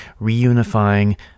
reunifying